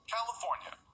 California